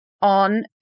on